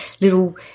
little